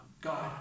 God